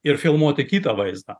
ir filmuoti kitą vaizdą